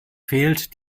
fehlt